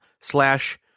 slash